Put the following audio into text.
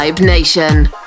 Nation